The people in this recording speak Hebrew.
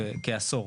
כעשור.